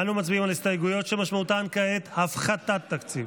אנו מצביעים כעת על הסתייגויות שמשמעותן הפחתת תקציב.